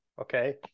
okay